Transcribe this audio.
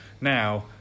Now